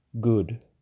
Good